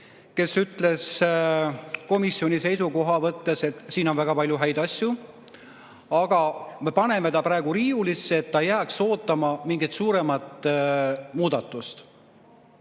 kes ütles komisjoni seisukohta võttes, et siin on väga palju häid asju, aga me paneme selle praegu riiulisse, et see jääks ootama mingit suuremat muudatust.